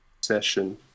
session